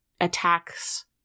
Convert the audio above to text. attacks